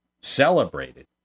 celebrated